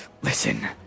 Listen